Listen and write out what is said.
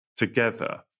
together